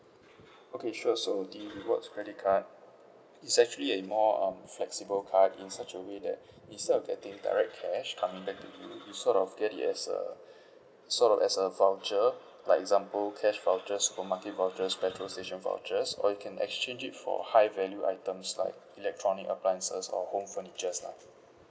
okay sure so the rewards credit card is actually a more um flexible card in such a way that instead of getting direct cash coming back to you you sort of get it as a sort of as a voucher like example cash voucher supermarket vouchers petrol station vouchers or you can exchange it for high value items like electronic appliances or home furnitures lah